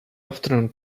afternoon